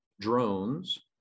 drones